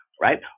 right